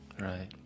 right